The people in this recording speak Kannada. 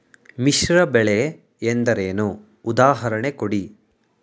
ಮಿಶ್ರ ಬೆಳೆ ಎಂದರೇನು, ಉದಾಹರಣೆ ಕೊಡಿ?